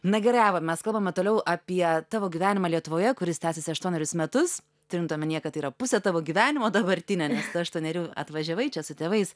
na gerai ava mes kalbame toliau apie tavo gyvenimą lietuvoje kuris tęsiasi aštuonerius metus turint omenyje kad tai yra pusė tavo gyvenimo dabartinio nes aštuonerių atvažiavai čia su tėvais